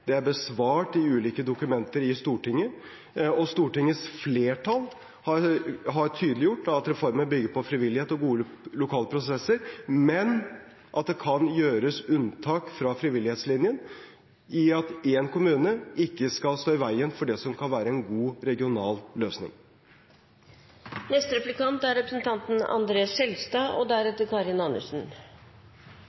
Det er besvart i ulike dokumenter i Stortinget. Stortingets flertall har tydeliggjort at reformen bygger på frivillighet og gode lokale prosesser, men at det kan gjøres unntak fra frivillighetslinjen i at én kommune ikke skal stå i veien for det som kan være en god regional løsning. Det blir selvfølgelig unnlatt fra foregående replikant